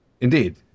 Indeed